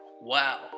Wow